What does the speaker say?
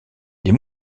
les